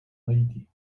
haiti